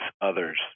others